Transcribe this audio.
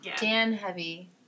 Dan-heavy